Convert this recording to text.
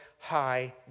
High